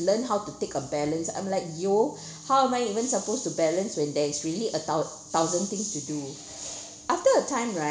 learn how to take a balance I'm like yo how am I even supposed to balance when there is really a thou~ thousand things to do after a time ri~